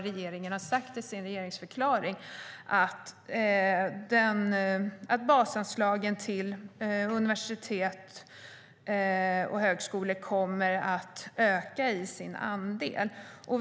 Regeringen har sagt i sin regeringsförklaring att basanslagen till universitet och högskolor kommer att öka i sin andel.